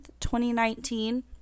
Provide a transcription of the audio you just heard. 2019